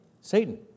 Satan